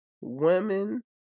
women